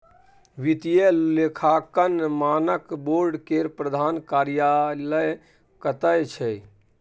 वित्तीय लेखांकन मानक बोर्ड केर प्रधान कार्यालय कतय छै